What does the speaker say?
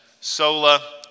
sola